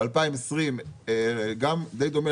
ב-2020 זה היה די דומה,